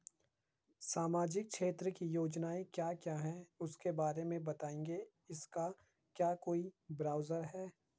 सामाजिक क्षेत्र की योजनाएँ क्या क्या हैं उसके बारे में बताएँगे इसका क्या कोई ब्राउज़र है?